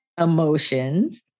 emotions